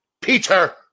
Peter